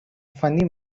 funny